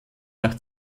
nach